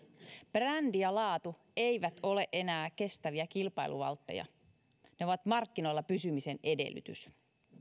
brändi ja laatu eivät ole enää kestäviä kilpailuvaltteja ne ovat markkinoilla pysymisen edellytys